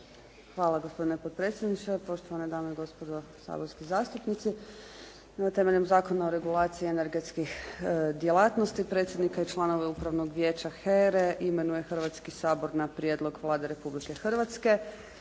Hvala gospodine potpredsjedniče, poštovane dame i gospodo saborski zastupnici. Temeljem Zakona o regulaciji energetskih djelatnosti predsjednika i članova Upravnog vijeća HERA-e imenuje Hrvatski sabor na prijedlog Vlade Republike Hrvatske.